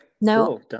no